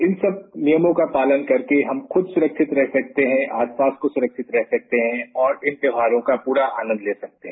इन सब नियमों का पालन करके हम खुद सुरक्षित रह सकते हैं और आस पास को सुरक्षित रख सकते हैं और इन त्योहारों का पूरा आनंद ले सकते हैं